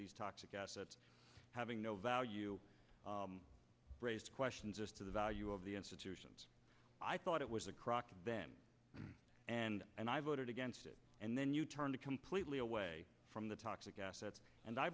these toxic assets having no value raise questions to the value of the institutions i thought it was a crock then and and i voted against it and then you turned completely away from the toxic assets and i